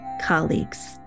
colleagues